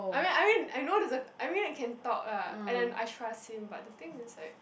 I mean I mean I know there's a i mean I can talk ah and then I trust him but the thing is like